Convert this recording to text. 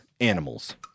animals